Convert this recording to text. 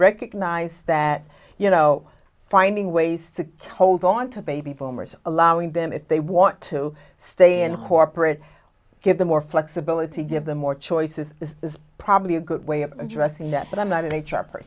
recognize that you know finding ways to hold on to baby boomers allowing them if they want to stay in corporate give them more flexibility give them more choices this is probably a good way of addressing that but i'm not a